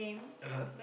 (uh huh)